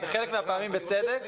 בחלק מן הפעמים בצדק,